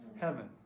heaven